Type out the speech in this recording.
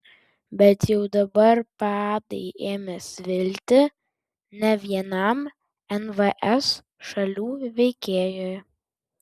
bet jau dabar padai ėmė svilti ne vienam nvs šalių veikėjui